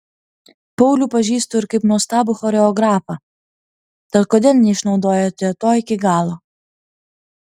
paulių pažįstu ir kaip nuostabų choreografą tad kodėl neišnaudojote to iki galo